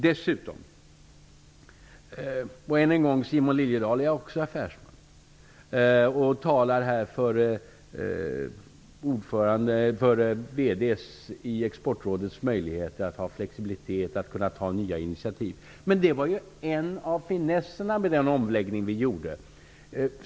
Jag är också affärsman, Simon Liliedahl. Jag talar här för Exportrådets VD:s möjligheter att ha flexibilitet och kunna ta nya initiativ. Det var en av finesserna den omläggning som gjordes.